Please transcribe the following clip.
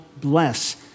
bless